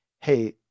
hey